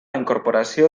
incorporació